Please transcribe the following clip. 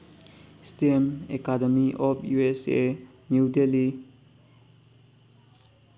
system academy of U S A new Delhi